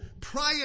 prior